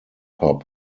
hop